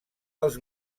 els